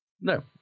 No